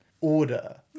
order